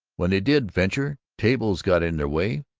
when they did venture, tables got in their way,